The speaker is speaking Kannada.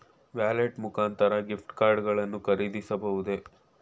ವ್ಯಾಲೆಟ್ ಮುಖಾಂತರ ಗಿಫ್ಟ್ ಕಾರ್ಡ್ ಗಳನ್ನು ಖರೀದಿಸಬಹುದೇ?